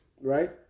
Right